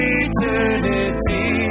eternity